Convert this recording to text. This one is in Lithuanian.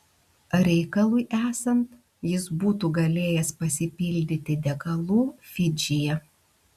reikalui esant jis būtų galėjęs pasipildyti degalų fidžyje